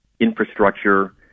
infrastructure